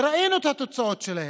וראינו את התוצאות שלהם.